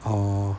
orh